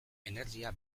energia